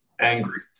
angry